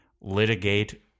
litigate